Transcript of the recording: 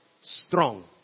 strong